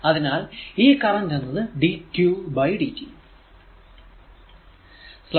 അതിനാൽ ഈ കറന്റ് എന്നത് dqdt